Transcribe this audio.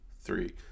three